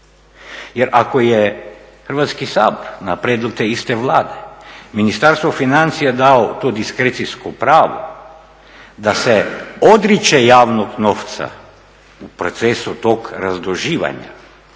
jer ako je Hrvatski sabor na prijedlog te iste Vlade Ministarstvo financija dao to diskrecijsko pravo da se odriče javnog novca u procesu tog razduživanja